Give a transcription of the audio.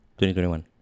2021